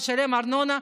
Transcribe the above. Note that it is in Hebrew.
משלם ארנונה,